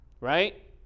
Right